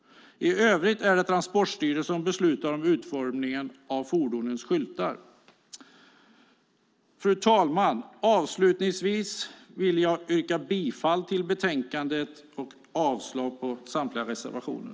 I övrigt är det Transportstyrelsen som beslutar om utformningen av fordonens skyltar. Fru talman! Avslutningsvis vill jag yrka bifall till förslaget i betänkandet och avslag på samtliga reservationer.